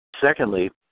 Secondly